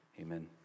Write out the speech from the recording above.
amen